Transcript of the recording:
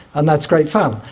and that's great fun.